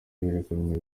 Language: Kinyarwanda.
birukanwe